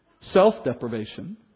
self-deprivation